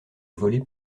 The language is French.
volé